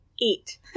eat